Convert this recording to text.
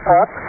up